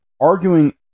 arguing